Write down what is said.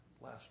last